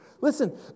Listen